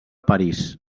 parís